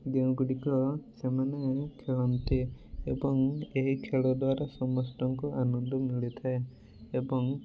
ଯେଉଁ ଗୁଡ଼ିକ ସେମାନେ ଖେଳନ୍ତି ଏବଂ ଏହି ଖେଳ ଦ୍ୱାରା ସମସ୍ତଙ୍କୁ ଆନନ୍ଦ ମିଳିଥାଏ ଏବଂ